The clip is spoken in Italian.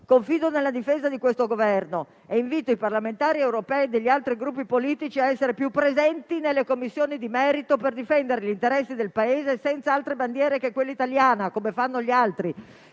Confido nella difesa di questo Governo e invito i parlamentari europei degli altri Gruppi politici ad essere più presenti nelle Commissioni di merito per difendere gli interessi del Paese senza altre bandiere che quella italiana, come fanno gli altri,